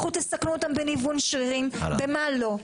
לכו תסכנו אותם בניוון שרירים, במה לא?